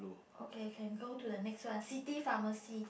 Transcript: okay can go to the next one city pharmacy